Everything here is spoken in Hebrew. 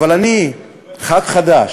אבל אני חבר כנסת חדש,